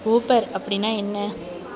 Uber அப்படின்னா என்ன